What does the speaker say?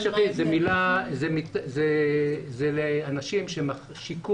מיטה המשכית היא לאנשים עם שיקום,